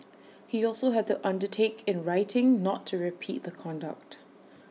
he also had to undertake in writing not to repeat the conduct